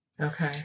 Okay